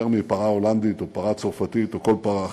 יותר מפרה הולנדית או פרה צרפתית או כל פרה אחרת,